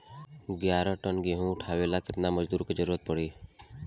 ग्यारह टन गेहूं उठावेला केतना मजदूर के जरुरत पूरी?